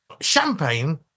champagne